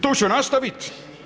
Tu ću nastaviti.